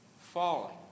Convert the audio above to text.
falling